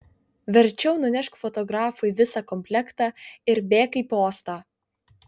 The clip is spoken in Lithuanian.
verčiau nunešk fotografui visą komplektą ir bėk į postą